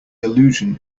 allusion